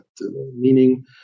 meaning